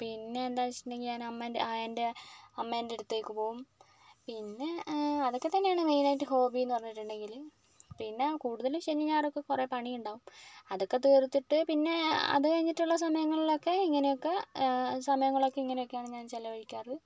പിന്നെ എന്താന്നു വെച്ചിട്ടുണ്ടെങ്കിൽ ഞാൻ അമ്മേൻ്റെ അ എൻ്റെ അമ്മേൻ്റെടുത്തേക്ക് പോകും പിന്നെ അതൊക്കെത്തന്നെയാണ് മൈനായിട്ട് ഹോബി എന്ന് പറഞ്ഞിട്ടുണ്ടെങ്കില് പിന്നെ കൂടുതലും ശനിയും ഞായറുമൊക്കെ കുറെ പണിയുണ്ടാകും അതൊക്കെ തീർത്തിട്ട് പിന്നെ അതുകഴിഞ്ഞിട്ടുള്ള സമയങ്ങളിലൊക്കെ ഇങ്ങനെയൊക്കെ സമയങ്ങളൊക്കെ ഇങ്ങനെയൊക്കെയാണ് ഞാൻ ചെലവഴിക്കാറ്